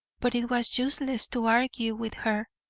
but it was useless to argue with her.